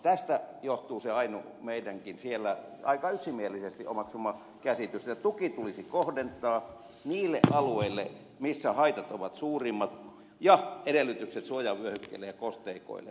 tästä johtuu se meidänkin siellä aika yksimielisesti omaksumamme käsitys että tuki tulisi kohdentaa niille alueille missä haitat ovat suurimmat ja edellytykset suojavyöhykkeille ja kosteikoille olemassa